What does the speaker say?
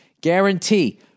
Guarantee